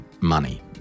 money